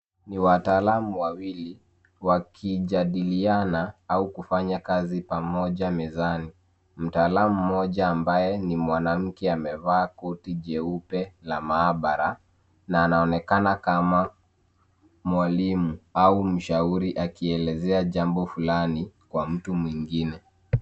Ni wataalamu wawili, wakijadiliana, au kufanya kazi pamoja mezani, mtaalum mmoja ambaye ni mwanamke amevaa koti jeupe la maabara, na anaonekana kama mwalimu, au mshauri akielezea jambo fulani kwa mtu mwingine.